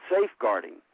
safeguarding